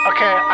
Okay